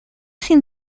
sin